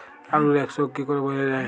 আলুর এক্সরোগ কি করে বোঝা যায়?